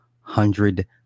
hundred